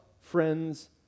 friends